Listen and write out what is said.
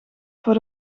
voor